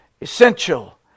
essential